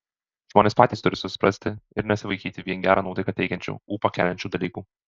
žmonės patys turi susiprasti ir nesivaikyti vien gerą nuotaiką teikiančių ūpą keliančių dalykų